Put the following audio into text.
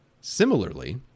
Similarly